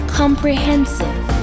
comprehensive